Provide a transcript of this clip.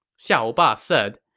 xiahou ba said,